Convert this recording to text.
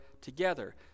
together